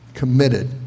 committed